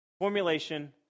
formulation